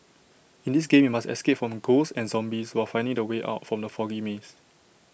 in this game you must escape from ghosts and zombies while finding the way out from the foggy maze